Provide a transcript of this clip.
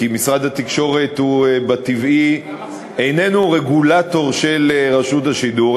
כי משרד התקשורת מטבעו אינו רגולטור של רשות השידור,